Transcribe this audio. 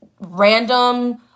random